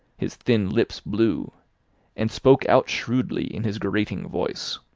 his thin lips blue and spoke out shrewdly in his grating voice.